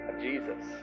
Jesus